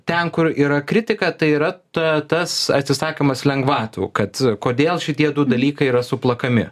ten kur yra kritika tai yra ta tas atsisakymas lengvatų kad kodėl šitie du dalykai yra suplakami